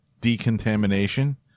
decontamination